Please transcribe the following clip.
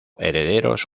herederos